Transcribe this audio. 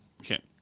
Okay